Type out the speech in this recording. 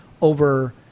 over